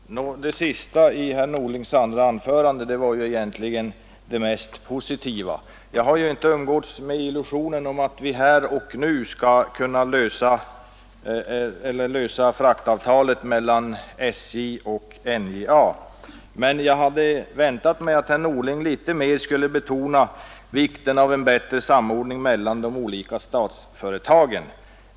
Herr talman! Det sista i herr Norlings andra anförande var egentligen det mest positiva. Jag har inte umgåtts med illusionen att vi här och nu skulle kunna lösa frågan om fraktavtalet mellan SJ och NJA, men jag hade väntat mig att herr Norling litet mer skulle betona vikten av en bättre samordning mellan de olika statsföretagen.